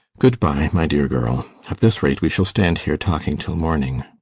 good-bye, my dear girl. at this rate we shall stand here talking till morning.